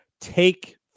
take